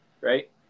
right